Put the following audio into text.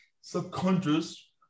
subconscious